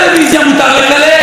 מותר להכפיש.